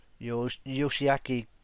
Yoshiaki